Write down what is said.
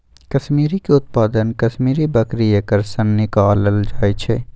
कस्मिरीके उत्पादन कस्मिरि बकरी एकर सन निकालल जाइ छै